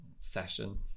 session